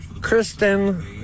Kristen